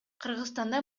кыргызстанда